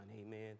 amen